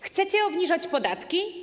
Chcecie obniżać podatki?